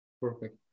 Perfect